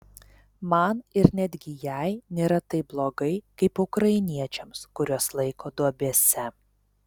man ir netgi jai nėra taip blogai kaip ukrainiečiams kuriuos laiko duobėse